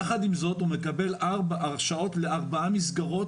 יחד עם זאת, הוא מקבל הרשאות לארבע מסגרות